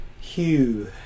hue